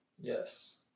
Yes